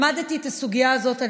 את הסוגיה הזאת.